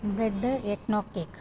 bread egg no cake